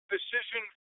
Decision